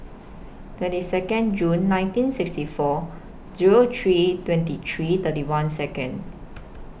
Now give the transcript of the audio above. twenty Second June nineteen sixty four Zero three twenty three thirty one Second